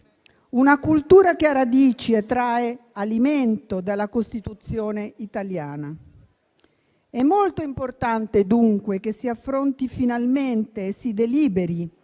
Una cultura che ha radici e trae alimento dalla Costituzione italiana. È molto importante, dunque, che si affronti finalmente e si deliberi,